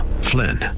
Flynn